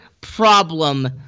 problem